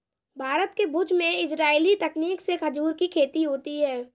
भारत के भुज में इजराइली तकनीक से खजूर की खेती होती है